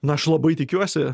na aš labai tikiuosi